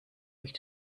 euch